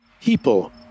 People